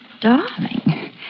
Darling